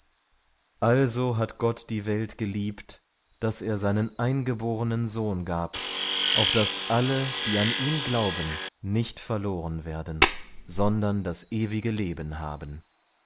also hat gott die welt geliebt daß er seinen eingeborenen sohn gab auf daß alle die an ihn glauben nicht verloren werden sondern das ewige leben haben